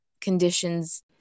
conditions